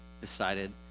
decided